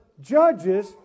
judges